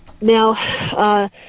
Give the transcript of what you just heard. Now